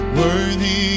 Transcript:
worthy